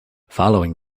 following